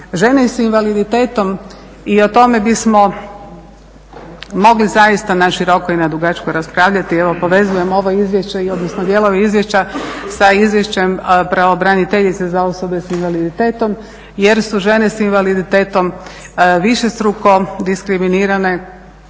žene s invaliditetom i o tome bismo mogli zaista naširoko i nadugačko raspravljati. Evo povezujem ovo izvješće, odnosno dijelove izvješća sa izvješćem pravobraniteljice za osobe s invaliditetom jer su žene s invaliditetom višestruko diskriminirane